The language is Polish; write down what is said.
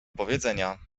powiedzenia